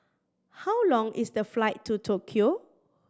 how long is the flight to Tokyo